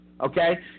okay